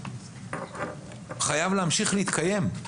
חייב להמשיך להתקיים.